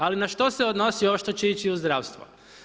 Ali na što se odnosi ovo što će ići u zdravstvo.